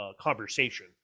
conversation